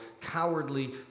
cowardly